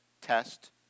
test